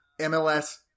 MLS